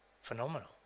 Phenomenal